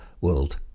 world